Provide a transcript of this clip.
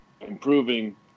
improving